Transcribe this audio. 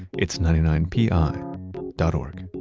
it's ninety nine pi dot o r g